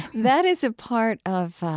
that is a part of